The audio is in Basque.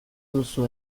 duzu